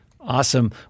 Awesome